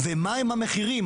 ומהם המחירים.